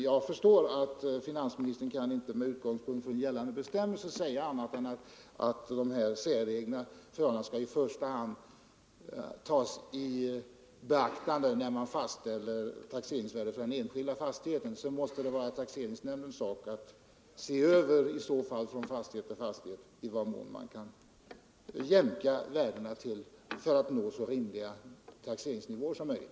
Jag förstår dock att finansministern inte med utgångspunkt i gällande bestämmelser kan säga annat än att dessa säregna förhållanden i första hand skall tas i beaktande när det gäller fastställandet av taxeringsvärdet för den enskilda fastigheten. Det måste sedan vara taxeringsnämndens uppgift att från fastighet till fastighet avgöra i vad mån man kan jämka värdena för att nå så rimliga taxeringsnivåer som möjligt.